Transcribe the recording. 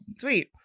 Sweet